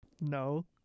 No